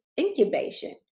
incubation